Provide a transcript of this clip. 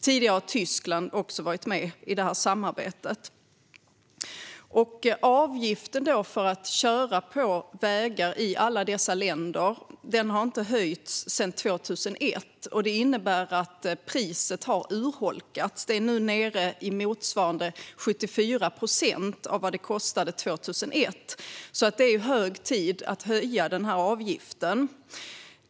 Tidigare har Tyskland också varit med i samarbetet. Avgiften för att köra på vägar i alla dessa länder har inte höjts sedan 2001. Det innebär att priset har urholkats, och det är nu ned i motsvarande 74 procent av vad det kostade 2001. Det är alltså hög tid att höja avgiften.